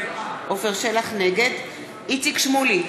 נגד איציק שמולי,